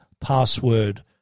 password